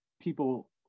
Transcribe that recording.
people